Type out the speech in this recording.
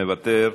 מוותר.